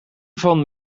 van